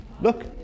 Look